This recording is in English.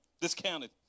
discounted